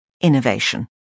innovation